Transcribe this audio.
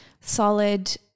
Solid